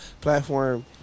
platform